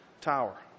Tower